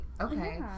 Okay